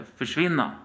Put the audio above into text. försvinna